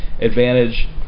advantage